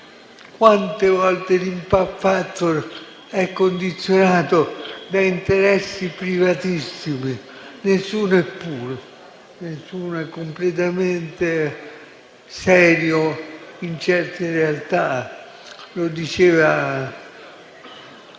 Quante volte l'*impact factor* è condizionato da interessi privatissimi? Nessuno è puro, nessuno è completamente serio in certe realtà; lo dicevano